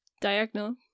Diagonal